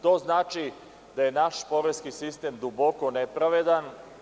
To znači da je naš poreski sistem duboko nepravedan.